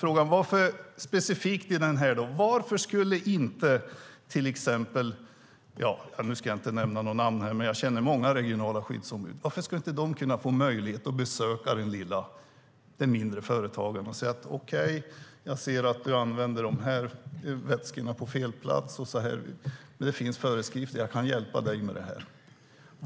Det är ni som har avskedat dem. Nu ska jag inte nämna några namn, men jag känner många regionala skyddsombud. Varför skulle de inte få möjlighet att besöka mindre företag för att exempelvis se om de förvarar vätskor på rätt plats? Den regionala inspektören skulle kunna lämna de föreskrifter som finns och erbjuda hjälp att åtgärda eventuella brister.